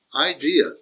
idea